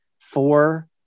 four